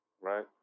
Right